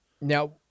Now